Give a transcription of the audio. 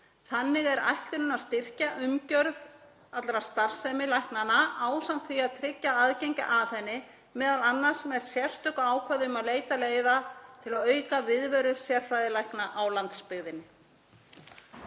Þannig er ætlunin að styrkja umgjörð allrar starfsemi læknanna ásamt því að tryggja aðgengi að henni, m.a. með sérstöku ákvæði um að leita leiða til að auka viðveru sérfræðilækna á landsbyggðinni.